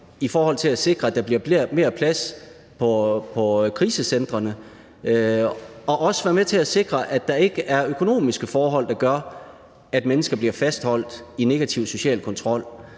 i forhold til at sikre, at der bliver mere plads på krisecentrene, og at der ikke er økonomiske forhold, der gør, at mennesker bliver fastholdt i negativ social kontrol.